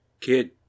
Kid